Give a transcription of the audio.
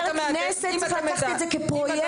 חבל שאין פה קואליציה.